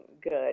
good